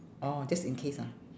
orh just in case ah